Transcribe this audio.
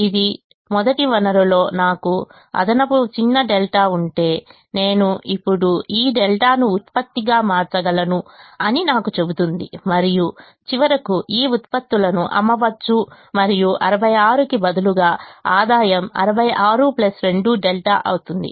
ఇది మొదటి వనరులో నాకు అదనపు చిన్న ẟ ఉంటే నేను ఇప్పుడు ఈ ẟ ను ఉత్పత్తిగా మార్చగలను అని నాకు చెబుతుంది మరియు చివరకు ఈ ఉత్పత్తులను అమ్మవచ్చు మరియు 66 కి బదులుగా ఆదాయం 66 2ẟ అవుతుంది